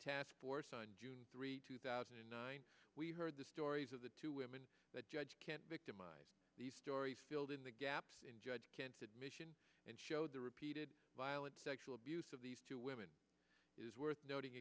task force on june three two thousand and nine we heard the stories of the two women that judge can't victimize the story filled in the gaps in judge canted mission and showed the repeated violent sexual abuse of these two women is worth noting